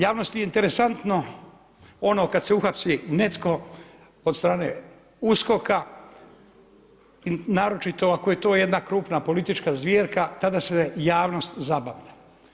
Javnosti je interesantno ono kada se uhapsi netko od strane USKOK-a naročito ako je to jedna krupna politička zvjerka, tada se javnost zabavlja.